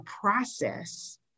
process